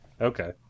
Okay